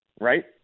right